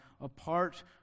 apart